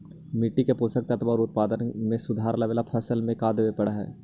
मिट्टी के पोषक तत्त्व और उत्पादन में सुधार लावे ला फसल में का देबे पड़तै तै?